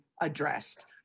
addressed